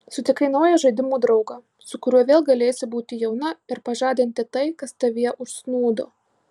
sutikai naują žaidimų draugą su kuriuo vėl galėsi būti jauna ir pažadinti tai kas tavyje užsnūdo